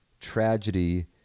tragedy